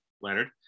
leonard